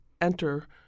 enter